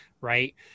Right